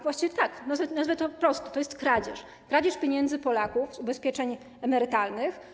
Właściwie nazwę to wprost: to jest kradzież, kradzież pieniędzy Polaków z ubezpieczeń emerytalnych.